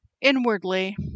inwardly